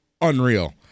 unreal